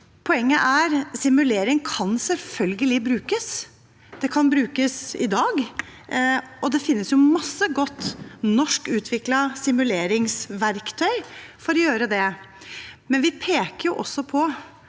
Poenget er at simulering selvfølgelig kan brukes. Det kan brukes i dag, og det finnes mange gode, norskutviklede simuleringsverktøy for å gjøre det, men vi peker også på